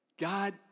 God